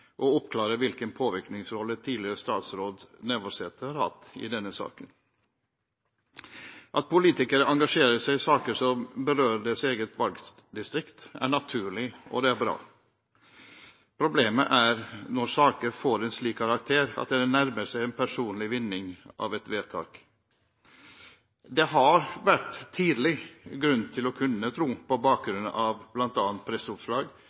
å oppklare hvilken påvirkningsrolle tidligere statsråd Navarsete har hatt i denne saken. At politikere engasjerer seg i saker som berører deres eget valgdistrikt, er naturlig og bra. Problemet oppstår når saker får en slik karakter at de nærmer seg å gi en personlig vinning av et vedtak. Det har tidlig vært grunn til å kunne tro – på